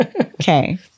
Okay